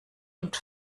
und